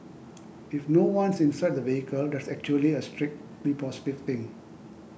if no one's inside the vehicle that's actually a strictly positive thing